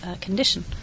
condition